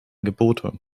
gebote